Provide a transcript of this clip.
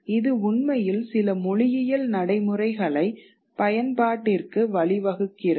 இது உண்மையில் சில மொழியியல் நடைமுறைகளை பயன்பாட்டிற்கு வழிவகுக்கிறது